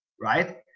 right